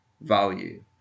value